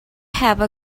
have